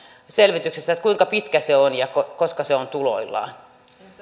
selvityksestä kuinka pitkä se on ja koska se on tuloillaan